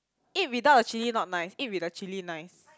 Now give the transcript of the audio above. eat without the chilli not nice eat with the chilli nice